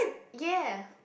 ya